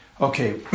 Okay